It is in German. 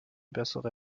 bessere